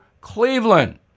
Cleveland